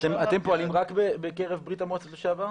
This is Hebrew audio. אתם פועלים רק בקרב ברית המועצות לשעבר?